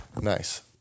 nice